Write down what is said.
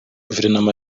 guverinoma